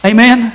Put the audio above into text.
Amen